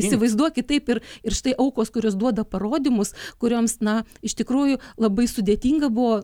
įsivaizduokit taip ir ir štai aukos kurios duoda parodymus kurioms na iš tikrųjų labai sudėtinga buvo